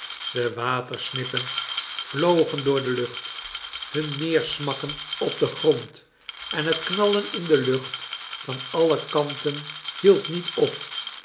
de watersnippen vlogen door de lucht hun neersmakken op den grond en het knallen in de lucht van alle kanten hield niet op